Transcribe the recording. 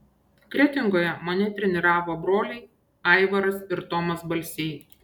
kretingoje mane treniravo broliai aivaras ir tomas balsiai